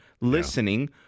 listening